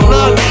Look